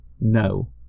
no